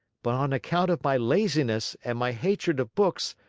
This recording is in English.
but on account of my laziness and my hatred of books,